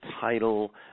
title